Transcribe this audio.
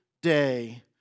day